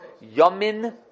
Yamin